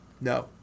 No